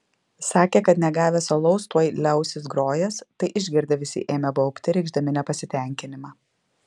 sakė kad negavęs alaus tuoj liausis grojęs tai išgirdę visi ėmė baubti reikšdami nepasitenkinimą